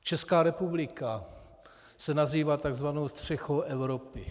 Česká republika se nazývá takzvanou střechou Evropy.